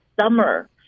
summer